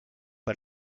pas